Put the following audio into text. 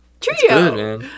trio